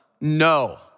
no